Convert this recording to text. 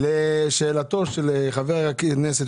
לשאלתו של חבר הכנסת,